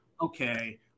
Okay